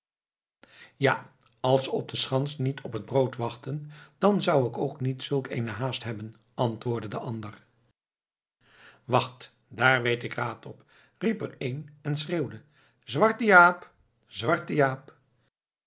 ja als ze op de schans niet op het brood wachtt'en dan zou ik ook niet zulk eene haast hebben antwoordde de ander wacht daar weet ik raad op riep er een en schreeuwde zwarte jaap zwarte jaap